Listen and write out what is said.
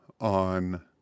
on